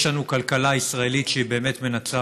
יש לנו כלכלה ישראלית שהיא באמת מנצחת,